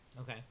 Okay